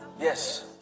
Yes